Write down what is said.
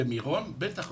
במירון בטח.